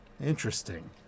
interesting